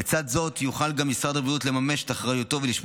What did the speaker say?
לצד זאת יוכל משרד הבריאות לממש את אחריותו ולשמור